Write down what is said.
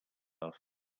off